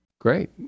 Great